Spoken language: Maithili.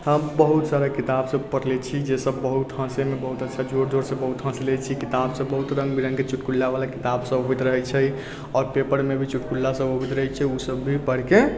हम बहुत सारा किताब सभ पढ़ले छी जे सभ बहुत हँसैमे बहुत अच्छा जोर जोरसँ बहुत हँसले छी किताब सभ बहुत रङ्ग बिरङ्गके चुटकुल्लावला किताब सभ होइत रहै छै आओर पेपरमे भी चुटकुल्ला सभ अबैत रहै छै ओ सभ भी पढ़िके